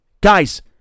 Guys